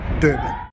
Durban